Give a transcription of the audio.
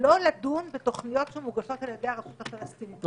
לא לדון בתוכניות שמוגשות על ידי הרשות הפלסטינית.